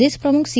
પ્રદેશ પ્રમુખ સી